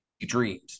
dreams